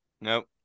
nope